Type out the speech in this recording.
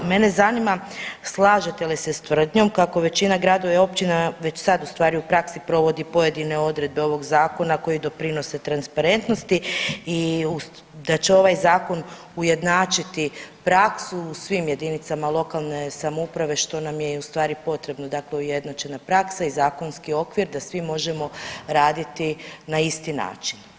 Mene zanima slažete li se s tvrdnjom kako većina gradova i općina već sad u stvari u praksi provodi pojedine odredbe ovog zakona koji doprinose transparentnosti i da će ovaj zakon ujednačiti praksu u svim JLS što nam je i u stvari potrebno dakle ujednačena praksa i zakonski okvir da svi možemo raditi na isti način.